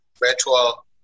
virtual